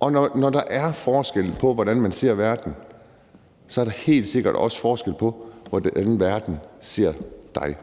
Og når der er forskel på, hvordan man ser verden, så er der helt sikkert også forskel på, hvordan verden ser dig.